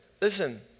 listen